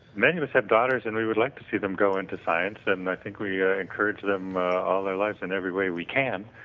many of us have daughters and we would like to see them go into science. and i think we ah encourage them all their lives in every way we can.